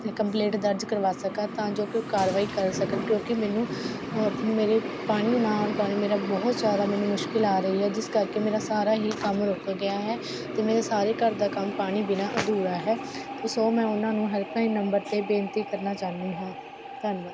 complaint ਦਰਜ ਕਰਵਾ ਸਕਾਂ ਤਾਂ ਜੋ ਕਿ ਉਹ ਕਾਰਵਾਈ ਕਰ ਸਕਣ ਕਿਉਂਕਿ ਮੈਨੂੰ ਮੇਰੇ ਪਾਣੀ ਨਾ ਆਉਣ ਕਾਰਨ ਮੇਰਾ ਬਹੁਤ ਜ਼ਿਆਦਾ ਮੈਨੂੰ ਮੁਸ਼ਕਲ ਆ ਰਹੀ ਹੈ ਜਿਸ ਕਰਕੇ ਮੇਰਾ ਸਾਰਾ ਹੀ ਕੰਮ ਰੁਕ ਗਿਆ ਹੈ ਅਤੇ ਮੇਰੇ ਸਾਰੇ ਘਰ ਦਾ ਕੰਮ ਪਾਣੀ ਬਿਨਾ ਅਧੂਰਾ ਹੈ ਸੋ ਮੈਂ ਉਹਨਾਂ ਨੂੰ ਹੈਲਪਲਾਈਨ ਨੰਬਰ 'ਤੇ ਬੇਨਤੀ ਕਰਨਾ ਚਾਹੁੰਦੀ ਹਾਂ ਧੰਨਵਾਦ